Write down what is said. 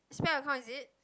spare account is it